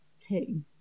two